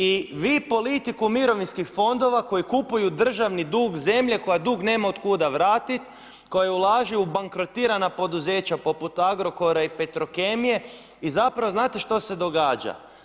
I vi politiku mirovinskih fondova koji kupuju državni dug zemlje koja dug nema od kuda vratiti koja ulaže u bankrotirana poduzeća poput Agrokora i Petrokemije, i zapravo znate što se događa?